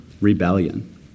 rebellion